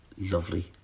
lovely